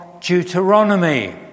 Deuteronomy